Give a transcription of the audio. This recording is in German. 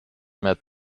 mehr